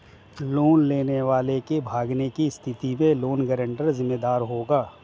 loan लेने वाले के भागने की स्थिति में लोन गारंटर जिम्मेदार होगा